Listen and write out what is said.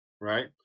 right